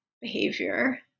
behavior